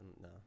No